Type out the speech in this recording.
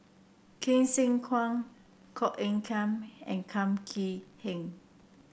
Hsu Tse Kwang Koh Eng Kian and Kum Chee Kin